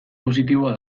positiboa